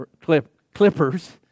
clippers